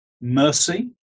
mercy